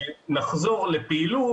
כשנחזור לפעילות,